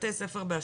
בתי ספר באשקלון.